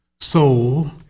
soul